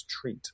treat